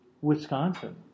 Wisconsin